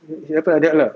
it happen like that lah